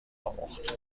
آموخت